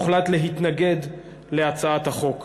להתנגד להצעת החוק.